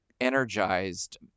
energized